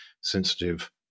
sensitive